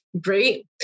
great